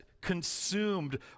consumed